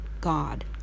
God